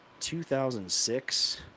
2006